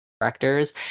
directors